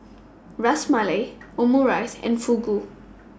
Ras Malai Omurice and Fugu